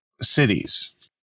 cities